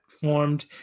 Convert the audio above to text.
formed